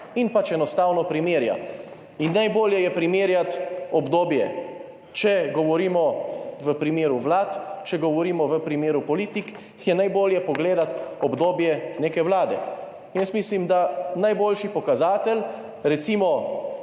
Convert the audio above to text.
in pač enostavno primerja. Najbolje je primerjati obdobje, če govorimo v primeru vlad, če govorimo v primeru politik, je najbolje pogledati obdobje neke vlade. Mislim, da bo najboljši pokazatelj, recimo